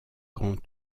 grands